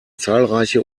zahlreiche